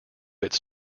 its